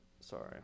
sorry